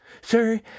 Sir